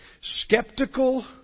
skeptical